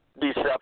deception